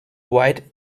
white